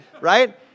Right